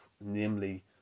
namely